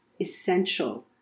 essential